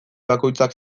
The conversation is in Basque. bakoitzak